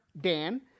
Dan